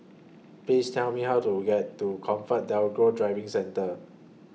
Please Tell Me How to get to ComfortDelGro Driving Centre